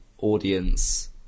audience